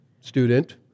student